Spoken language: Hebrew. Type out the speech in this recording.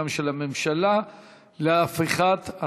גם של הממשלה להפיכת,